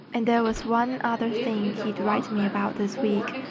and there was one other thing he'd write me about this week,